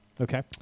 Okay